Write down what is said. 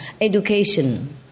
Education